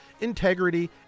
integrity